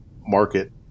market